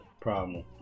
problem